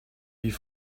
wie